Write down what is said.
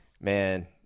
Man